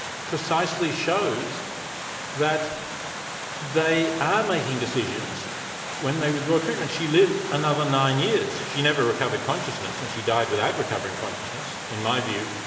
precisely shows that they are making decisions when they withdraw treatment. she lived another nine years. she never recovered consciousness and she died without recovering consciousness. in my view,